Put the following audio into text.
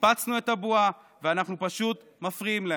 ניפצנו את הבועה, ואנחנו פשוט מפריעים להם.